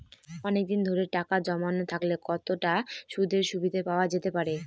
অনেকদিন ধরে টাকা জমানো থাকলে কতটা সুদের সুবিধে পাওয়া যেতে পারে?